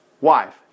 wife